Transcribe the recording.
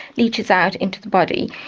leeches out into the body?